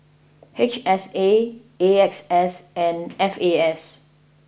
H S A A X S and F A S